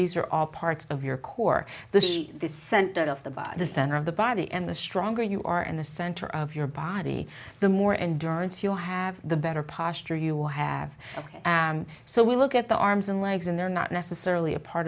these are all parts of your core the this center of the buy the center of the body and the stronger you are in the center of your body the more endurance you have the better posture you will have and so we look at the arms and legs and they're not necessarily a part